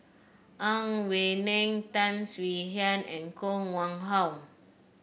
Ang Wei Neng Tan Swie Hian and Koh Nguang How